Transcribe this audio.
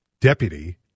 deputy—